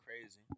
crazy